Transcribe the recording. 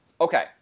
Okay